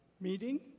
meeting